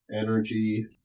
energy